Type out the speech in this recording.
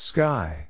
Sky